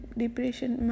depression